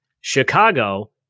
Chicago